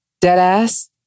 deadass